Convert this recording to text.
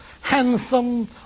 handsome